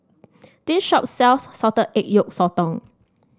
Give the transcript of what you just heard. this shop sells Salted Egg Yolk Sotong